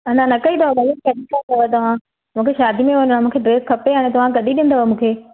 अञा न कई अथव भैया तव्हां मूंखे शादीअ में वञिणो आहे मूंखे ड्रैस खपे हाणे तव्हां कॾहिं ॾींदव मूंखे